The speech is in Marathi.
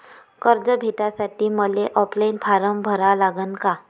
कर्ज भेटासाठी मले ऑफलाईन फारम भरा लागन का?